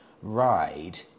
ride